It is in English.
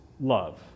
love